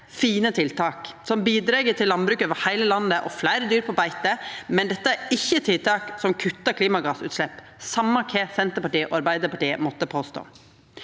fine tiltak som bidreg til landbruk over heile landet og fleire dyr på beite, men dette er ikkje tiltak som kuttar klimagassutslepp, same kva Senterpartiet og Arbeidarpartiet måtte påstå.